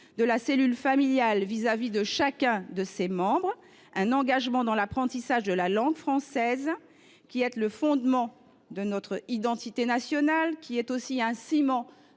de la cellule familiale vis à vis de chacun de ses membres, un engagement dans l’apprentissage de la langue française, qui est le fondement de notre identité nationale, ainsi qu’un ciment